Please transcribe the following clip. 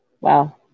Wow